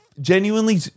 genuinely